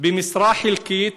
במשרה חלקית